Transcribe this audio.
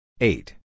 Eight